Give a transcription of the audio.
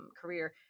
career